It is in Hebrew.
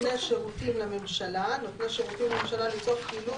נותני שירותים לממשלה: נותני שירותים לממשלה לצורך פעילות